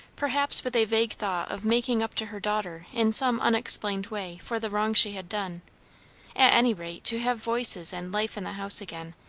perhaps with a vague thought of making up to her daughter in some unexplained way for the wrong she had done at any rate, to have voices and life in the house again,